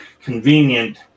convenient